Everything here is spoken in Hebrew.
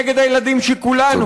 נגד הילדים של כולנו.